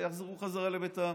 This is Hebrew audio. ויחזרו חזרה לביתם.